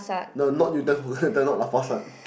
no not Newton not Lau-Pa-Sat